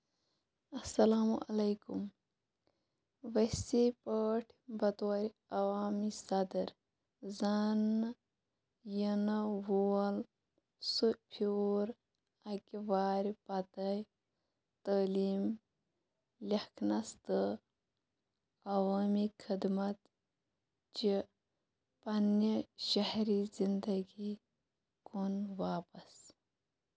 اَسلامُ علیکُم وسیح پٲٹھۍ بطورِ عوامی صدر زانٛنہٕ یِنہٕ وول سُہ پھیوٗر اَکہِ وارِ پتَے تٲلیم لٮ۪كھنَس تہٕ عوٲمی خدمت چہِ پنٛنہِ شہری زِندگی کُن واپس